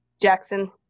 Jackson